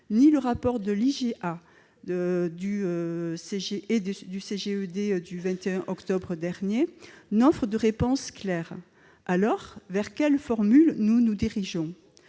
ni le rapport de l'IGA et du CGEDD du 21 octobre dernier n'offrent de réponse claire. Alors, vers quelle formule nous dirigeons-nous